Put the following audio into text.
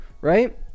right